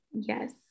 yes